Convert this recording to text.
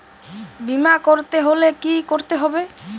বিমা করতে হলে কি করতে হবে?